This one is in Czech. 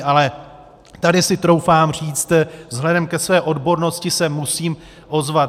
Ale tady si troufám říct, vzhledem ke své odbornosti se musím ozvat.